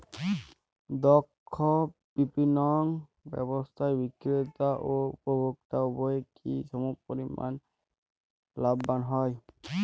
দক্ষ বিপণন ব্যবস্থায় বিক্রেতা ও উপভোক্ত উভয়ই কি সমপরিমাণ লাভবান হয়?